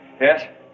Yes